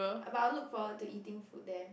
but I will look forward to eating food there